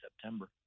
September